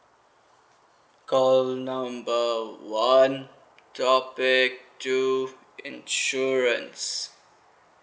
call number one topic two insurance